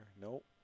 nope